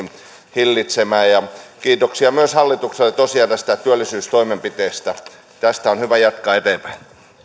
hillitsemään ja kiitoksia myös hallitukselle tosiaan työllisyystoimenpiteistä tästä on hyvä jatkaa eteenpäin